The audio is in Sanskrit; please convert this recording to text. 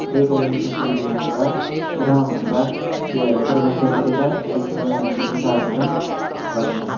एकविंशतिदिनाङ्कः प्रथममासः चतुर्विंशत्यधिकैकसहस्रं द्विसहस्रं वर्षः